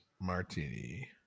martini